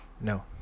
No